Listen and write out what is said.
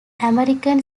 american